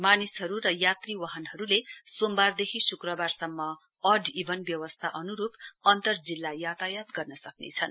मानिसहरू र यात्रीवाहनहरूले सोमबारदेखि शुक्रबारसम्म अड इभन व्यवस्था अनुरूप अन्तर्जिल्ला यातायात गर्नसक्रेछन्